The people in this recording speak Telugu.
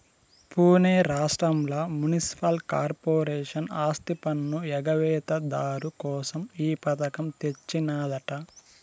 పునే రాష్ట్రంల మున్సిపల్ కార్పొరేషన్ ఆస్తిపన్ను ఎగవేత దారు కోసం ఈ పథకం తెచ్చినాదట